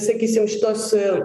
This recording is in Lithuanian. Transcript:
sakysim šitos